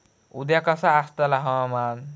उद्या कसा आसतला हवामान?